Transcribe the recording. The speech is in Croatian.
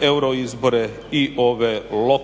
euro izbore i ove lokalne